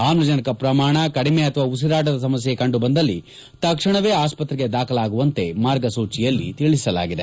ಆಮ್ಲಜನಕ ಪ್ರಮಾಣ ಕಡಿಮೆ ಅಥವಾ ಉಸಿರಾಟದ ಸಮಸ್ತೆ ಕಂಡುಬಂದಲ್ಲಿ ತಕ್ಷಣವೇ ಆಸ್ಟತ್ರೆಗೆ ದಾಖಲಾಗುವಂತೆ ಮಾರ್ಗಸೂಚಿಯಲ್ಲಿ ತಿಳಿಸಲಾಗಿದೆ